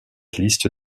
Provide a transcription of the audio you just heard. liste